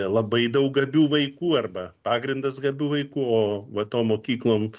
labai daug gabių vaikų arba pagrindas gabių vaikų o va tom mokyklom